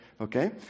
Okay